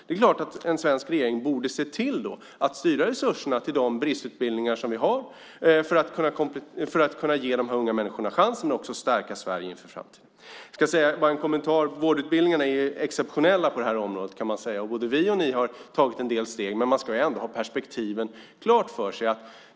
Det är klart att en svensk regering då borde se till att styra resurserna till de bristutbildningar som finns för att ge de här unga människorna chansen och stärka Sverige inför framtiden. Vårdutbildningarna är exceptionella på det här området. Både vi och ni har tagit en del steg. Men man ska ändå ha perspektivet klart för sig.